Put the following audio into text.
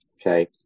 Okay